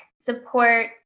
support